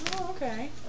okay